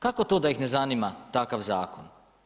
Kako to da ih ne zanima takav zakon?